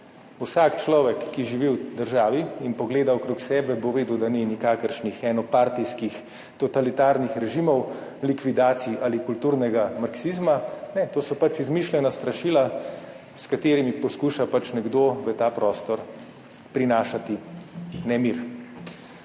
Vsak človek, ki živi v državi in pogleda okrog sebe, bo vedel, da ni nikakršnih enopartijskih totalitarnih režimov, likvidacij ali kulturnega marksizma. Ne, to so izmišljena strašila, s katerimi poskuša nekdo v ta prostor prinašati nemir.